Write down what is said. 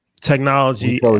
technology